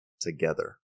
together